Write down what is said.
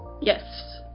yes